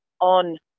on